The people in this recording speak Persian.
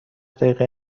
دقیقه